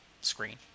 screen